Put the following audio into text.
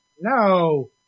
No